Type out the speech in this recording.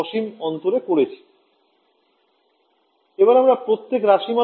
তাই এই একটা নিয়ে প্রতিস্থাপন করে দেখবো যে কি হয় এটা আবার আমায় কিছু পরিবর্তিত সমীকরণ দেবে তাই না